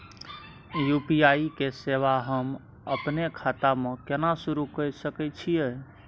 UPI के सेवा हम अपने खाता म केना सुरू के सके छियै?